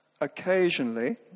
occasionally